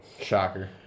Shocker